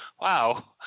wow